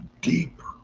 deeper